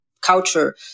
culture